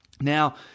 Now